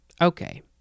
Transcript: okay